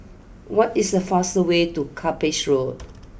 what is the fast way to Cuppage Road